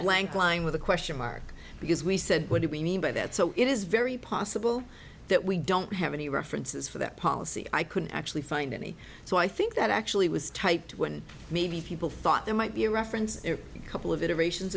blank line with a question mark because we said what do we mean by that so it is very possible that we don't have any references for that policy i couldn't actually find any so i think that actually was typed when maybe people thought there might be a reference a couple of iteration